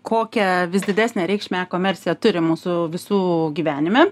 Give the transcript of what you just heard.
kokią vis didesnę reikšmę e komercija turi mūsų visų gyvenime